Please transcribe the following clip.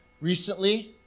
recently